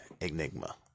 enigma